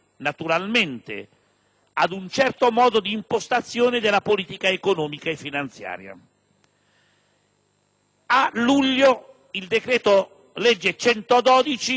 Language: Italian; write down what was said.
luglio il decreto-legge n. 112 ha anticipato le misure che si rendevano necessarie per affrontare la crisi.